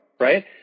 Right